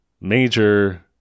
Major